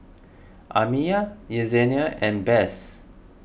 Amiya Yessenia and Bess